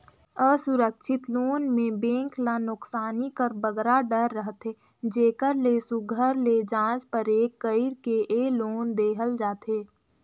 असुरक्छित लोन में बेंक ल नोसकानी कर बगरा डर रहथे जेकर ले सुग्घर ले जाँच परेख कइर के ए लोन देहल जाथे